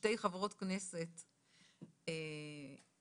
שתי חברות כנסת מוסלמיות,